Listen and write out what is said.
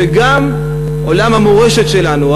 שגם עולם המורשת שלנו,